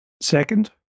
Second